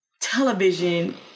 Television